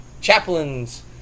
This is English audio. chaplains